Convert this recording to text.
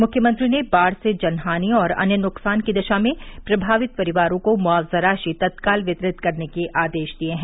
मुख्यमंत्री ने बाढ़ से जन हानि और अन्य नुकसान की दशा में प्रभावित परिवारों को मुआवजा राशि तत्काल वितरित करने के आदेश दिये हैं